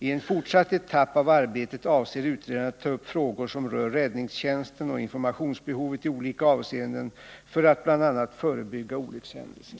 I en fortsatt etapp av arbetet avser utredaren att ta upp frågor som rör räddningstjänsten och informationsbehovet i olika avseenden för att bl.a. förebygga olyckshändelser.